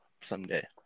someday